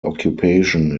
occupation